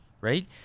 Right